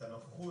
את הנוכחות,